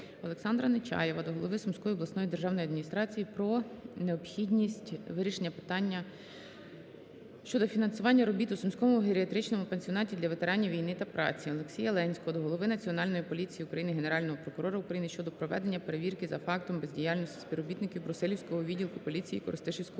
Олександра Нечаєва до голови Сумської обласної державної адміністрації про необхідність вирішення питання щодо фінансування робіт у Сумському геріатричному пансіонаті для ветеранів війни та праці. Олексія Ленського до голови Національної поліції України, Генерального прокурора України щодо проведення перевірки за фактом бездіяльності співробітників Брусилівського відділку поліції Коростишівського